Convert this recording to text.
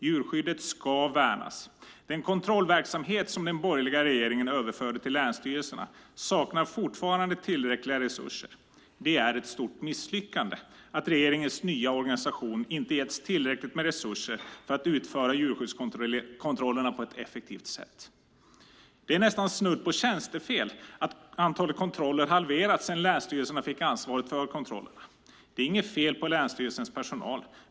Djurskyddet ska värnas. Den kontrollverksamhet som den borgerliga regeringen överförde till länsstyrelserna saknar fortfarande tillräckliga resurser. Det är ett stort misslyckande att regeringens nya organisation inte getts tillräckligt med resurser för att utföra djurskyddskontrollerna på ett effektivt sätt. Det är nästan snudd på tjänstefel att antalet kontroller halverats sedan länsstyrelserna fick ansvaret för kontrollerna. Det är inget fel på länsstyrelsernas personal.